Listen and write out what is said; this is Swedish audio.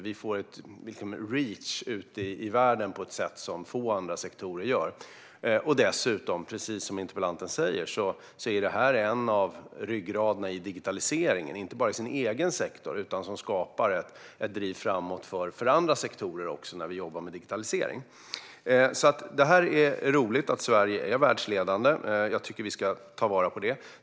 Vi får ett reach ute i världen som få andra sektorer har. Precis som interpellanten säger är detta en av ryggraderna i digitaliseringen, inte bara i sin egen sektor utan dataspelsindustrin skapar också ett driv framåt för andra sektorer när det gäller digitalisering. Det är roligt att Sverige är världsledande. Jag tycker att vi ska ta vara på det.